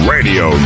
Radio